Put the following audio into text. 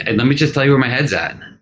and let me just tell you where my head's at.